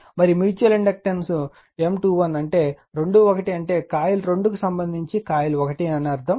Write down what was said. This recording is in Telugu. మరియు మ్యూచువల్ ఇండక్టెన్స్ M21 అంటే 2 1 అంటే కాయిల్ 2 కు సంబంధించి కాయిల్ 1 అని అర్ధం